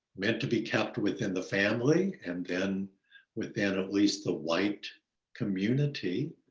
meant to be kept within the family, and then within at least the white community